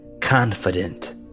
confident